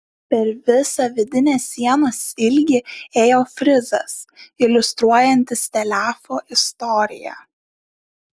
per visą vidinės sienos ilgį ėjo frizas iliustruojantis telefo istoriją